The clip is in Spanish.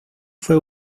fue